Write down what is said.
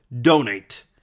donate